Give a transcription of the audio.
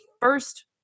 first